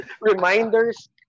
reminders